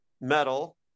metal